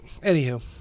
anywho